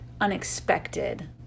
unexpected